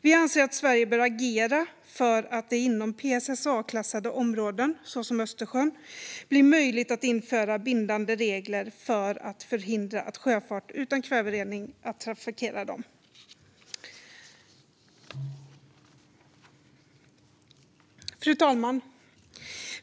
Vi anser att Sverige bör agera för att det inom PSSA-klassade områden, såsom Östersjön, blir möjligt att införa bindande regler för att förhindra sjöfart utan kväverening att trafikera dem. Fru talman!